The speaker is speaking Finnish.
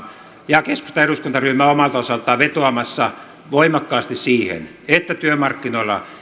ja keskustan eduskuntaryhmä omalta osaltaan on vetoamassa voimakkaasti siihen että työmarkkinoilla